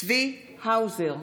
צבי האוזר,